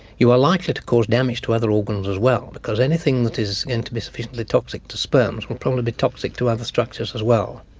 you are likely to cause damage to other organs as well, because anything that is going to be sufficiently toxic to sperms will probably be toxic to other structures as well.